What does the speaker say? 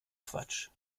quatsch